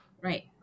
Right